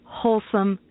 wholesome